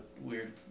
weird